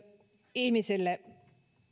ihmisille